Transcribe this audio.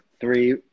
three